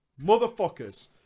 Motherfuckers